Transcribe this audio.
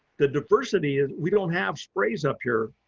the diversity, and we don't have sprays up here,